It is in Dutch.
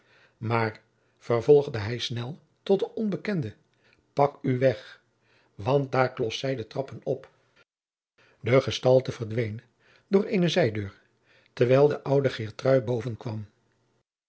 maar vervolgde hij snel tot den onbekende pak u weg want daar klost zij de trappen op de gestalte verdween door eene zijdeur terwijl de oude geertrui boven kwam